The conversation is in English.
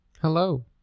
hello